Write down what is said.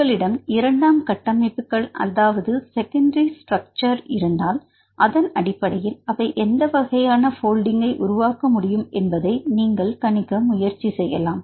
உங்களிடம் இரண்டாம் கட்டமைப்புகள் அதாவது செகண்டரி ஸ்டிரக்சரட் இருந்தால் அதன் அடிப்படையில் அவை எந்த வகையான போல்டிங்கை உருவாக்க முடியும் என்பதை நீங்கள் கணிக்க முயற்சி செய்யலாம்